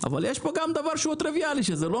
אבל יש פה גם דבר שהוא טריוויאלי שזה לא